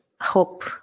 hope